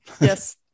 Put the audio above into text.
Yes